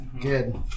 good